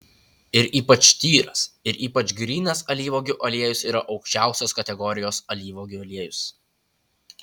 ir ypač tyras ir ypač grynas alyvuogių aliejus yra aukščiausios kategorijos alyvuogių aliejus